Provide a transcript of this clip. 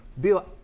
Bill